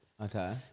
Okay